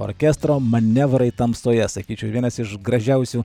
orkestro manevrai tamsoje sakyčiau vienas iš gražiausių